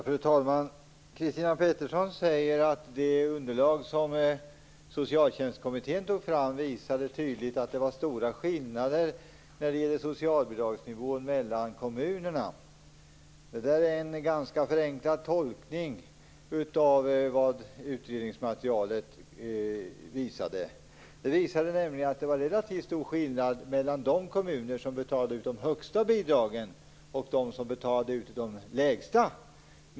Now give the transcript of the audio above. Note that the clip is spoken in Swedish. Fru talman! Christina Pettersson säger att det underlag som Socialtjänstkommittén tog fram tydligt visade att det var stora skillnader i socialbidragsnivån mellan kommunerna. Det är en ganska förenklad tolkning av vad utredningsmaterialet visade. Det visade nämligen att det var en relativt stor skillnad mellan de kommuner som betalade ut de högsta bidragen och dem som betalade ut de lägsta.